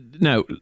Now